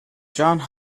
johns